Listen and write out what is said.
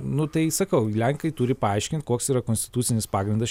nu tai sakau lenkai turi paaiškint koks yra konstitucinis pagrindas